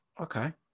Okay